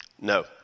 No